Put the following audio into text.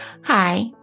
Hi